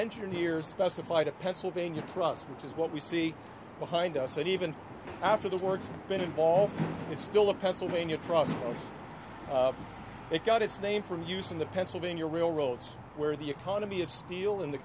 engineers specified a pennsylvania truss which is what we see behind us and even after the words been involved it's still a pennsylvania trust and it got its name from using the pennsylvania real roads where the economy of steel in the